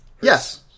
Yes